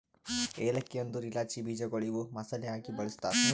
ಏಲಕ್ಕಿ ಅಂದುರ್ ಇಲಾಚಿ ಬೀಜಗೊಳ್ ಇವು ಮಸಾಲೆ ಆಗಿ ಬಳ್ಸತಾರ್